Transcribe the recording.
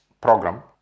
program